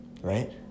right